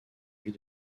vis